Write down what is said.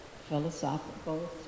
Philosophical